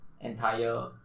entire